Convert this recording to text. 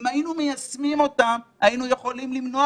אם היינו מיישמים אותם היינו יכולים למנוע